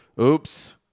oops